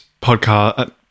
podcast